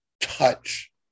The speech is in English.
touch